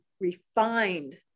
refined